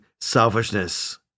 selfishness